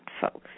folks